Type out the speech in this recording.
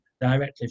directly